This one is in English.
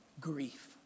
Grief